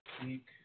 speak